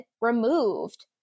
removed